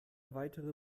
weitere